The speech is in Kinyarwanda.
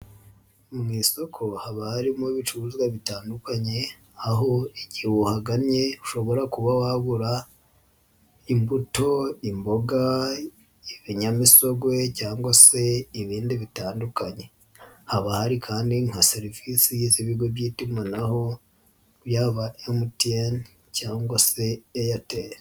Mu isoko haba harimo ibicuruzwa bitandukanye aho igihe uhagamye ushobora kuba wagura imbuto, imboga, ibinyamisogwe cyangwa se ibindi bitandukanye, haba hari kandi nka serivisi z'ibigo by'itumanaho yaba MTN cyangwa se Airtel.